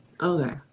Okay